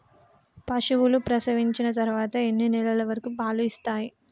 పశువులు ప్రసవించిన తర్వాత ఎన్ని నెలల వరకు పాలు ఇస్తాయి?